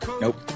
Nope